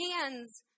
hands